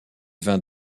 vins